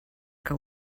que